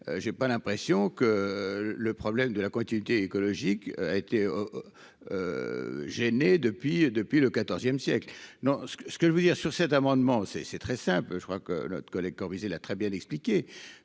j'ai pas l'impression que le problème de la continuité écologique a été gêné depuis depuis le XIVe siècle, non, ce que ce que je veux dire sur cet amendement, c'est, c'est très simple, je crois que notre collègue corriger l'a très bien expliqué